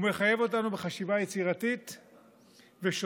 והוא מחייב אותנו בחשיבה יצירתית ושונה,